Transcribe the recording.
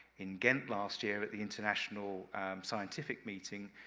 in ghent last year, at the international scientific meeting,